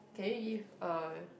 can you give a